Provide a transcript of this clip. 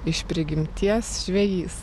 iš prigimties žvejys